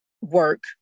work